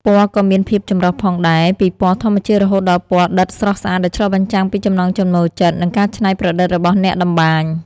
ពណ៌ក៏មានភាពចម្រុះផងដែរ ពីពណ៌ធម្មជាតិរហូតដល់ពណ៌ដិតស្រស់ស្អាត ដែលឆ្លុះបញ្ចាំងពីចំណង់ចំណូលចិត្ត និងការច្នៃប្រឌិតរបស់អ្នកតម្បាញ។